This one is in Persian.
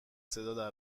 صدا